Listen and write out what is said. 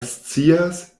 scias